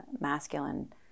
masculine